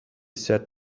said